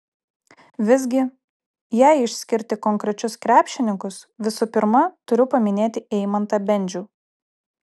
visgi jei išskirti konkrečius krepšininkus visų pirma turiu paminėti eimantą bendžių